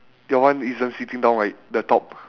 your one isn't sitting down right the top